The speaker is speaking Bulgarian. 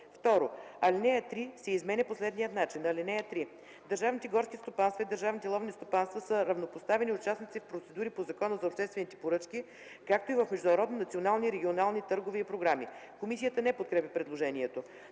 2. Алинея 3 се изменя по следния начин: „(3) Държавните горски стопанства и държавните ловни стопанства са равнопоставени участници в процедури по Закона за обществените поръчки, както и в международни, национални и регионални търгове и програми.” Комисията не подкрепя предложението.